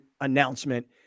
announcement